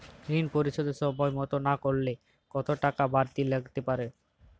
ঋন পরিশোধ সময় মতো না করলে কতো টাকা বারতি লাগতে পারে?